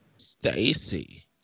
Stacy